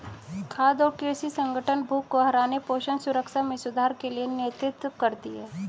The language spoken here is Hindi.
खाद्य और कृषि संगठन भूख को हराने पोषण सुरक्षा में सुधार के लिए नेतृत्व करती है